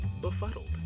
befuddled